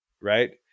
Right